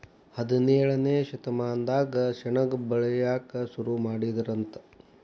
ಹದಿನೇಳನೇ ಶತಮಾನದಾಗ ಸೆಣಬ ಬೆಳಿಯಾಕ ಸುರು ಮಾಡಿದರಂತ